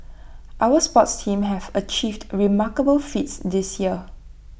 our sports teams have achieved remarkable feats this year